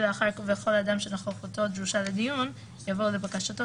ולאחר "וכל אדם שנוכחותו דרושה לדיון" יבוא "ולבקשתו